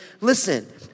listen